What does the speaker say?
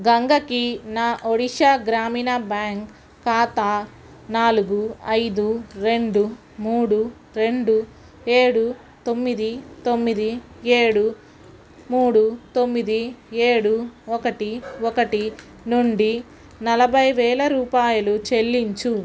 గంగకి నా ఒడిషా గ్రామీణ బ్యాంక్ ఖాతా నాలుగు ఐదు రెండు మూడు రెండు ఏడు తొమ్మిది తొమ్మిది ఏడు మూడు తొమ్మిది ఏడు ఒకటి ఒకటి నుండి నలభై వేల రూపాయలు చెల్లించు